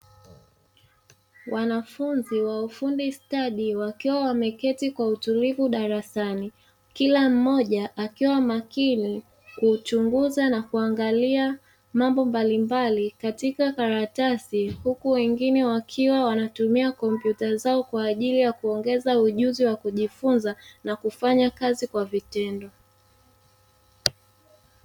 Wanafunzi wa ufundi stadi wakiwa wameketi kwa utulivu darasani, kila mmoja akiwa makini kuchunguza na kuangalia mambo mbalimbali katika karatasi, huku wengine wakiwa wanatumia kompyuta zao kwa ajili ya kuongeza ujuzi wa kujifunza na kufanya kazi kwa vitendo.